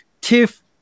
Tiff